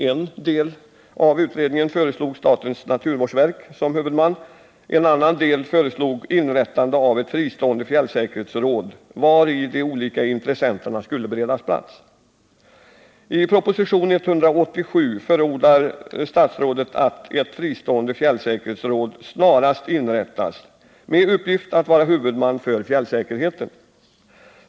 En del av utredningen föreslog statens naturvårdsverk som huvudman, och en annan del föreslog inrättande av ett fristående fjällsäkerhetsråd, vari de olika intressenterna skulle beredas plats. I propositionen 187 förordar statsrådet att ett fristående fjällsäkerhetsråd snarast inrättas med uppgift att vara huvudman för fjällsäkerheten.